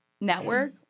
network